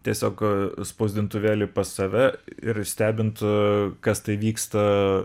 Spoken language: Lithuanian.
tiesiog spausdintuvėlį pas save ir stebint kas tai vyksta